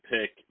pick